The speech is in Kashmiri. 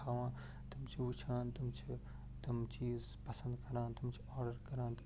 تھاوان تم چھِ وُچھان تِم چھِ تِم چیٖز پسنٛد کران تِم چھِ آرڈَر کران